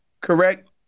correct